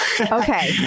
Okay